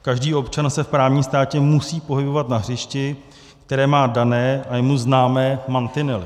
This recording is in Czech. Každý občan se v právním státě musí pohybovat na hřišti, které má dané a jemu známé mantinely.